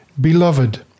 Beloved